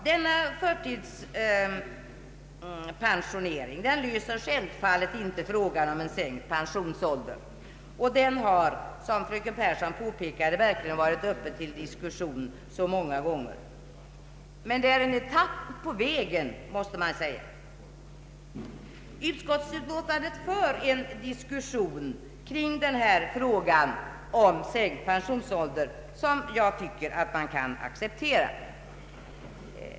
Denna förtidspensionering löser självfallet inte problemet med en sänkt pensionsålder, som — vilket fröken Pehrsson påpekade — verkligen har varit uppe till diskussion många gånger. Men detta är en etapp på vägen, måste man säga. I utskottsutlåtandet förs en diskussion kring denna fråga om sänkt pensionsålder som jag anser mig kunna acceptera.